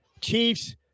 Chiefs